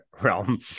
realm